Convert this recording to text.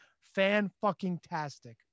Fan-fucking-tastic